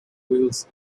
wheels